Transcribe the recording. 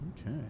okay